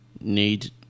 need